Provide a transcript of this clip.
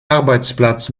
arbeitsplatz